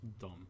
dumb